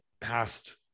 past